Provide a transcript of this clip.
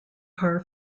car